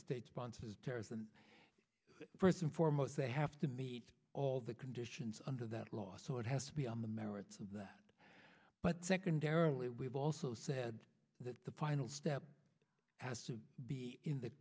the state sponsored terrorism first and foremost they have to meet all the conditions under that law so it has to be on the merits of that but secondarily we've also said that the final step has to be in the